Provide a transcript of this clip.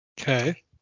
okay